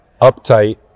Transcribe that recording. uptight